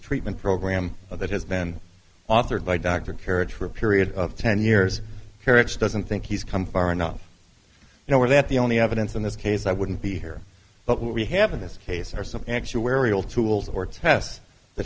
treatment program that has been authored by dr carriage for a period of ten years carrick's doesn't think he's come far enough you know where that the only evidence in this case i wouldn't be here but what we have in this case are some actuarial tools or tests that